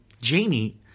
Jamie